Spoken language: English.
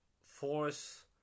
Force